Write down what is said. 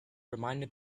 reminded